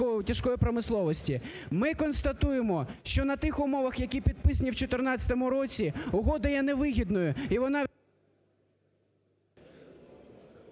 Ми констатуємо, що на тих умовах, які підписані в 2014 році, угода є невигідною